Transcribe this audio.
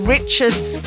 Richards